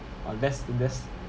orh that's that's